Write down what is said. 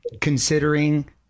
considering